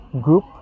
group